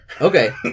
Okay